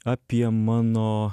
apie mano